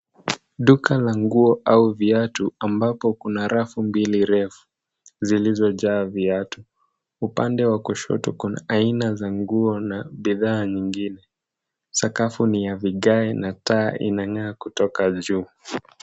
Duka la nguo au viatu ambapo kuna rafu mbili refu zilizo jaa viatu. Upande wa kushoto kuna aina za nguo na bidhaa nyingine. Sakafu ni ya vigae na taa inang'aa kutoka juu.